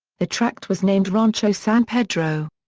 the tract was named rancho san pedro.